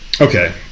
Okay